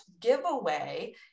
giveaway